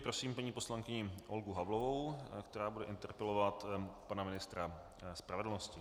Prosím paní poslankyni Olgu Havlovou, která bude interpelovat pana ministra spravedlnosti.